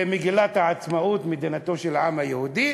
במגילת העצמאות, מדינתו של העם היהודי.